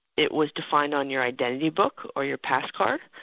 it was defined on your identity book or your pass card,